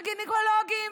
וגינקולוגים,